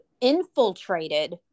infiltrated